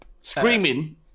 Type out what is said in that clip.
Screaming